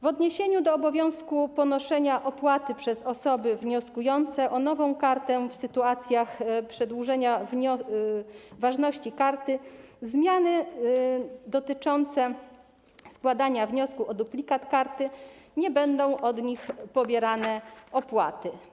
W odniesieniu do obowiązku ponoszenia opłaty przez osoby wnioskujące o nową kartę, w sytuacjach przedłużenia ważności karty, zmiany danych czy składania wniosku o duplikat karty nie będą od nich pobierane opłaty.